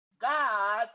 God